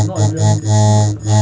like not everyone really can see that